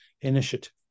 initiative